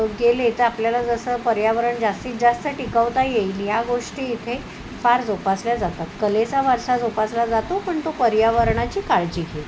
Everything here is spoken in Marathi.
गेले तर आपल्याला जसं पर्यावरण जास्तीत जास्त टिकवता येईल या गोष्टी इथे फार जोपासल्या जातात कलेचा वारसा जोपासला जातो पण तो पर्यावरणाची काळजी घेत